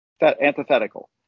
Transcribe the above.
antithetical